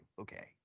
Okay